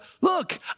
look